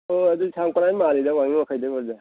ꯑꯣ ꯑꯗꯨ ꯁꯥꯝꯀꯟꯍꯥꯏ ꯃꯥꯜꯂꯤꯗ ꯋꯥꯡꯖꯤꯡ ꯋꯥꯡꯈꯩꯗꯩ ꯑꯣꯏꯔꯗꯤ